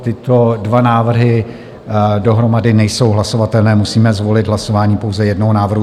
Tyto dva návrhy dohromady nejsou hlasovatelné, musíme zvolit hlasování pouze jednoho návrhu.